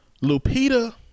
Lupita